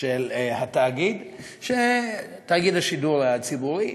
של תאגיד השידור הציבורי.